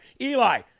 eli